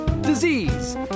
disease